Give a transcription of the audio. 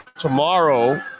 tomorrow